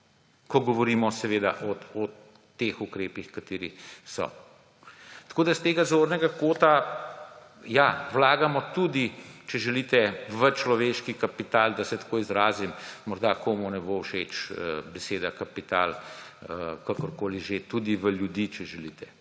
ko govorimo o teh ukrepih. S tega zornega kota vlagamo tudi, če želite, v človeški kapital, da se tako izrazim. Morda komu ne bo všeč beseda kapital, kakorkoli že, tudi v ljudi, če želite,